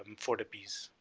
um for the piece.